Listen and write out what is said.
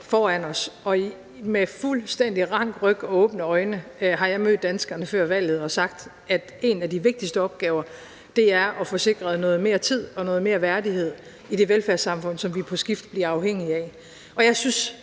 foran os, og med fuldstændig rank ryg og åbne øjne har jeg mødt danskerne før valget og sagt, at en af de vigtigste opgaver er at få sikret noget mere tid og noget mere værdighed i det velfærdssamfund, som vi på skift bliver afhængige af. Jeg synes,